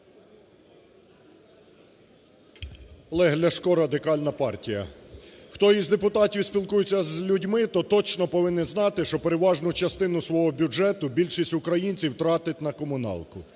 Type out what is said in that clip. Олег Ляшко Радикальна партія. Хто із депутатів спілкується з людьми, то точно повинен знати, що переважну частину свого бюджету більшість українців тратить на комуналку,